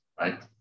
right